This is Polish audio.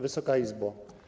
Wysoka Izbo!